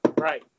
Right